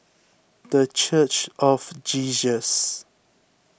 the Church of Jesus